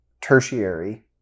tertiary